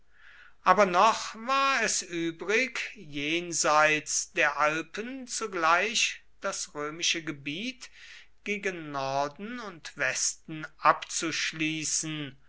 aber noch war es übrig jenseits der alpen zugleich das römische gebiet gegen norden und westen abzuschließen